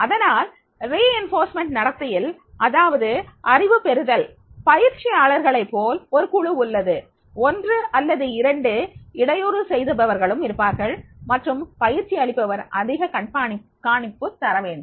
அதனால் வலுவூட்டல் நடத்தையில் அதாவது அறிவு பெறுதல் பயிற்சியாளர்களை போல் ஒரு குழு உள்ளது ஒன்று அல்லது இரண்டு இடையூறு செய்பவர்களும் இருப்பார்கள் மற்றும் பயிற்சி அளிப்பவர் அதிக கண்காணிப்பு தர வேண்டும்